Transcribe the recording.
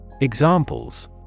Examples